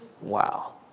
Wow